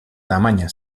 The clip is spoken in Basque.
tamaina